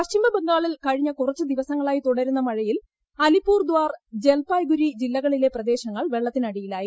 പശ്ചിമ ബംഗാളിൽ കഴ്ചൂഞ്ഞ് കുറച്ചു ദിവസങ്ങളായി തുടരുന്ന മഴയിൽ അലിപൂർദാർ ജൽപായ്ഗുരി ജില്ലകളിലെ പ്രദേശങ്ങൾ വെള്ളത്തിനടിയിലായി